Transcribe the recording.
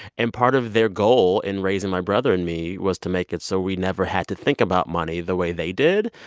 and part of their goal in raising my brother and me was to make it so we never had to think about money the way they did.